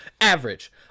average